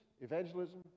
evangelism